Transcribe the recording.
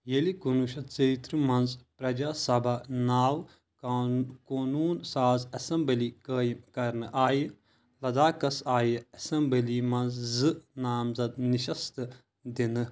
ییٚلہِ کُنوُہ شیٚتھ ژۄیتٕرٕہ منٛز پرجا سبا ناو قونوٗن ساز اسمبلی قٲیِم كرنہٕ آیہِ، لداخس آیہِ اسمبلی منٛز زٕ نامزد نِشستہٕ دِنہٕ